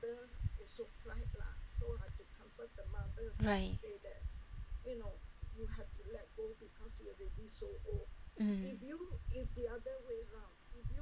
right mm